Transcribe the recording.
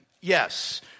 yes